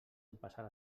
empassar